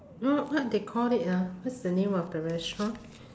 no what they call it ah what's the name of the restaurant